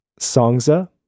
Songza